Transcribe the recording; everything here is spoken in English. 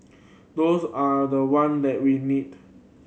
those are the one that we need